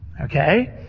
Okay